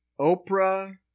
Oprah